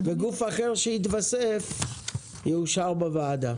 גוף אחר שיתווסף, יאושר בוועדה.